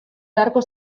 beharko